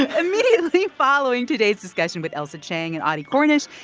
and immediately following today's discussion with ailsa chang and audie cornish,